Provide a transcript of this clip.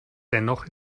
dennoch